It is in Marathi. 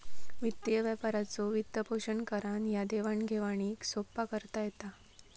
वित्तीय व्यापाराचो वित्तपोषण करान ह्या देवाण घेवाणीक सोप्पा करता येता